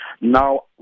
Now